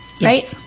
right